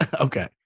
Okay